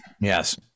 Yes